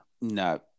No